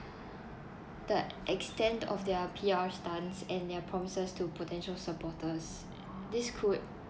extent of their P_R stunts and their promises to potential supporters this could